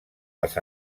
les